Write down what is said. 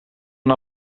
een